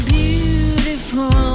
beautiful